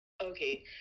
Okay